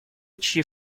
чьи